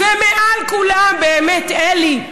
ומעל כולם, באמת, אלי.